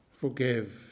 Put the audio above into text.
Forgive